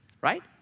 right